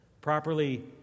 Properly